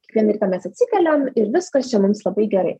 kiekvieną rytą mes atsikeliam ir viskas čia mums labai gerai